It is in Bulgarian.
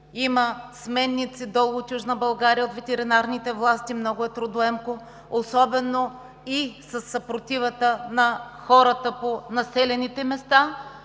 има сменници долу, от Южна България, от ветеринарните власти, много е трудоемко, особено и със съпротивата на хората по населените места.